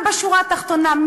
אבל בשורה התחתונה,